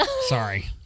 Sorry